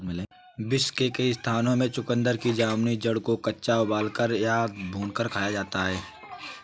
विश्व के कई स्थानों में चुकंदर की जामुनी जड़ को कच्चा उबालकर या भूनकर खाया जाता है